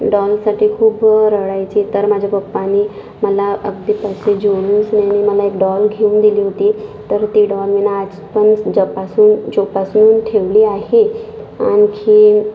डॉलसाठी खूप रडायचे तर माझ्या पप्पानी मला अगदी पैसे जोडून त्यांनी मला एक डॉल घेऊन दिली होती तर ती डॉल मी नं आजपण जपासून जोपासून ठेवली आहे आणखी